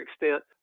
extent